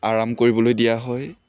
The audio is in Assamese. আৰাম কৰিবলৈ দিয়া হয়